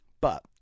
But-